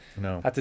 No